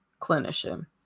clinician